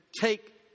take